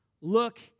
look